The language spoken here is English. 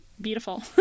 beautiful